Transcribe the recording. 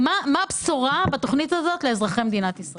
מה הבשורה בתוכנית הזאת לאזרחי מדינת ישראל?